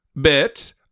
bit